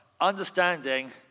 understanding